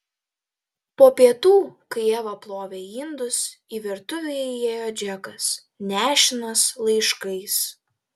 po pietų kai eva plovė indus į virtuvę įėjo džekas nešinas laiškais